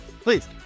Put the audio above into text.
please